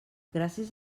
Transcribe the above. gràcies